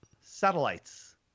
satellites